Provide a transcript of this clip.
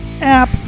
app